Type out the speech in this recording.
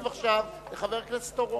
חבר הכנסת גילאון.